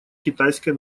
китайской